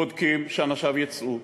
בודקים שאנשיו יצאו,